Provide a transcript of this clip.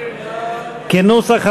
כנוסח הוועדה,